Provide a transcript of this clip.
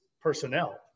personnel